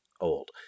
old